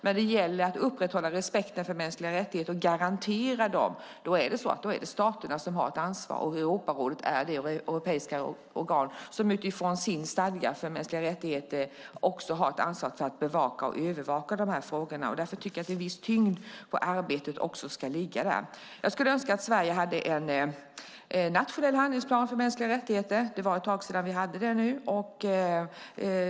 Men när det gäller att upprätthålla respekten för mänskliga rättigheter och garantera den är det staten som har ett ansvar. Europarådet är det europeiska organ som utifrån sin stadga för mänskliga rättigheter har ett ansvar för att bevaka och övervaka de frågorna. Därför ska en viss tyngd i arbetet ligga där. Jag skulle önska att Sverige hade en nationell handlingsplan för mänskliga rättigheter. Det var ett tag sedan vi hade det.